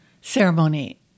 ceremony